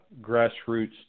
grassroots